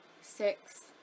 six